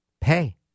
pay